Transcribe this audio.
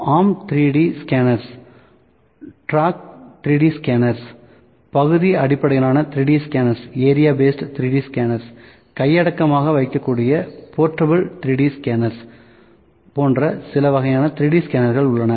arm 3D scanners track 3D scanners பகுதி அடிப்படையிலான 3D scanners கையடக்கமாக வைக்கக்கூடிய போர்ட்டபிள் 3D ஸ்கேனர்ஸ் போன்ற சில வகையான 3D ஸ்கேனர்ஸ் உள்ளன